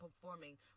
performing